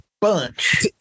bunch